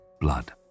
blood